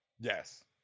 Yes